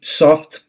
soft